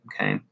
Okay